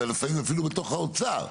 ולפעמים אפילו בתוך האוצר.